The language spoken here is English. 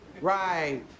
Right